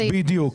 בדיוק.